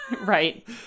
right